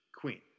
queen